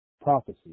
prophecy